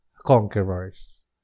conquerors